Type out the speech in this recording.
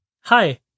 Hi